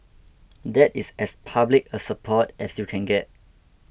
that is as public a support as you can get